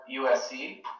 USC